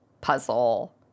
puzzle